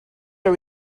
are